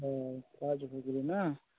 ओ काज भऽ गेलै ने